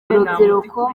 rubyiruko